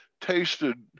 tasted